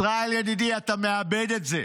ישראל, ידידי, אתה מאבד את זה,